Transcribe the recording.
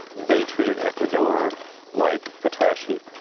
they treated ecuador like a trash-heap.